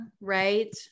right